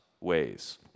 ways